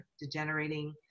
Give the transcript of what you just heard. degenerating